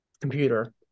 computer